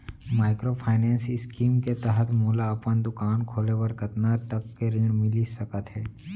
Microfinance scheme के तहत मोला अपन दुकान खोले बर कतना तक के ऋण मिलिस सकत हे?